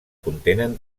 contenen